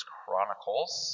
Chronicles